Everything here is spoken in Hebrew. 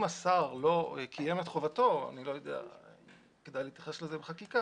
אם השר לא קיים את חובתו אני לא יודע אם כדאי להתייחס לזה בחקיקה